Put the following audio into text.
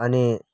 अनि